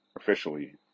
officially